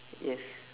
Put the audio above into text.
yes